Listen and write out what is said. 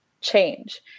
change